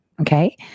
okay